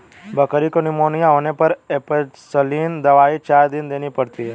बकरी को निमोनिया होने पर एंपसलीन दवाई चार दिन देनी पड़ती है